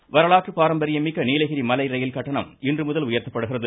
மலைரயில் வரலாற்று பாரம்பரிய மிக்க நீலகிரி மலைரயில் கட்டணம் இன்றுமுதல் உயர்த்தப்படுகிறது